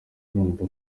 urumva